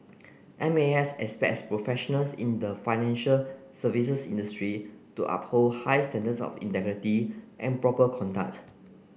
M A S expects professionals in the financial services industry to uphold high standards of integrity and proper conduct